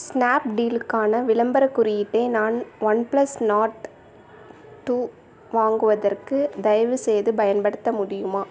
ஸ்னாப்டீலுக்கான விளம்பரக் குறியீட்டை நான் ஒன் பிளஸ் நாட் டூ வாங்குவதற்கு தயவு செய்து பயன்படுத்த முடியுமா